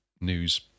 news